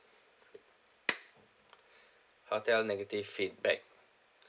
hotel negative feedback